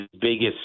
biggest